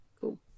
Cool